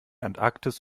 antarktis